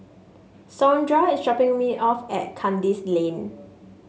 Saundra is dropping me off at Kandis Lane